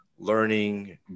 learning